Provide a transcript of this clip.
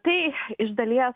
tai iš dalies